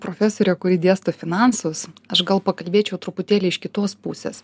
profesorė kuri dėsto finansus aš gal pakalbėčiau truputėlį iš kitos pusės